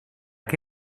que